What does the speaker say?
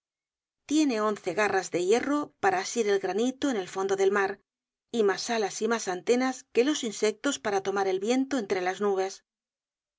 tiene once garras de hierro para asir el granito en el fondo del mar y mas alas y mas entenas que los insectos para tomar el viento entre las nubes